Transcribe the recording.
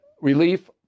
relief